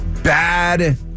Bad